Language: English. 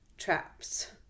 Traps